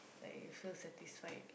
like you feel satisfied